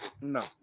no